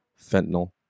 fentanyl